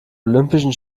olympischen